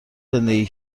زندگی